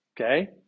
Okay